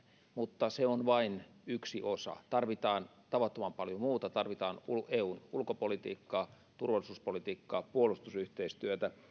mutta se on vain yksi osa tarvitaan tavattoman paljon muuta tarvitaan eun ulkopolitiikkaa turvallisuuspolitiikkaa puolustusyhteistyötä